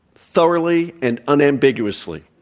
thoroughly and unambiguously.